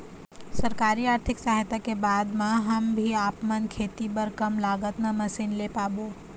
सरकारी आरथिक सहायता के बाद मा हम भी आपमन खेती बार कम लागत मा मशीन ले पाबो?